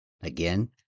Again